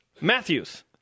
Matthews